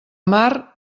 mar